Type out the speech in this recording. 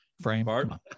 frame